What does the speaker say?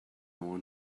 want